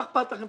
מה אכפת לכם,